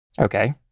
Okay